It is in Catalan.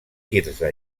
quirze